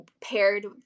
paired